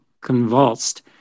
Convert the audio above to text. convulsed